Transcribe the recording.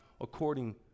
according